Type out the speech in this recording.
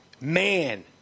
man